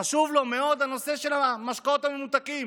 חשוב לו מאוד הנושא של המשקאות הממותקים.